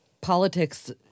politics